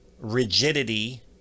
rigidity